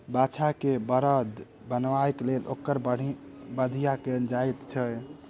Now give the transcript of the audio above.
बाछा के बड़द बनयबाक लेल ओकर बधिया कयल जाइत छै